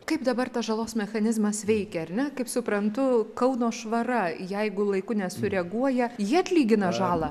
kaip dabar tas žalos mechanizmas veikia ar ne kaip suprantu kauno švara jeigu laiku nesureaguoja jie atlygina žalą